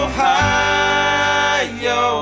Ohio